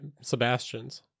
Sebastians